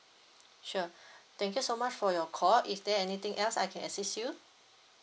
sure thank you so much for your call is there anything else I can assist you